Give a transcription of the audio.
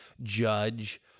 judge